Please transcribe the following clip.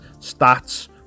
stats